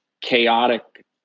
chaotic